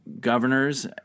governors